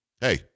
Hey